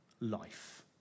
life